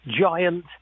giant